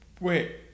Wait